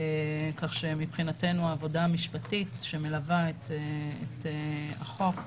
כך שמבחינתנו העבודה המשפטית שמלווה את החוק,